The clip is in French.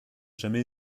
jamais